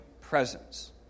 presence